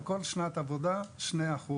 על כל שנת עבודה מגיע לבן אדם 2%,